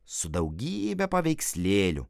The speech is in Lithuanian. su daugybe paveikslėlių